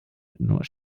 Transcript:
nur